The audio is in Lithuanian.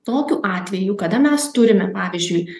tokiu atveju kada mes turime pavyzdžiui